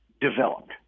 developed